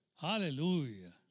Hallelujah